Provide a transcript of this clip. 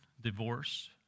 divorce